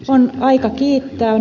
on aika kiittää